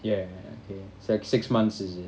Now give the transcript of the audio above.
ya ya okay it's like six months is it